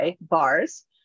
bars